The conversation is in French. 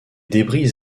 débris